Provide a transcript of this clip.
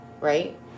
right